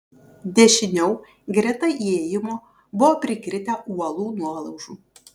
dešiniau greta įėjimo buvo prikritę uolų nuolaužų